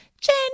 Jen